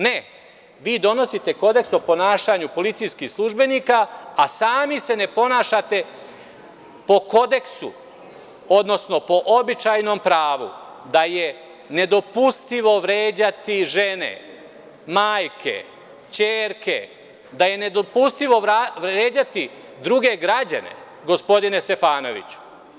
Ne, vi donosite kodeks o ponašanju policijskih službenika, a sami se ne ponašate po kodeksu, odnosno po običajnom pravu da je nedopustivo vređati žene, majke, ćerke, da je nedopustivo vređati druge građane, gospodine Stefanoviću.